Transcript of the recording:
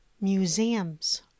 museums